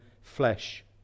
flesh